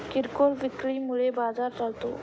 किरकोळ विक्री मुळे बाजार चालतो